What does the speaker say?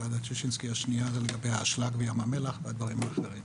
גם ועדת ששינסקי השנייה לגבי האשלג בים המלח ודברים אחרים.